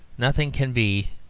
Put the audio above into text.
nothing can be,